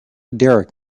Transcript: derek